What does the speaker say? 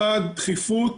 אחד, תכיפות